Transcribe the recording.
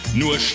nur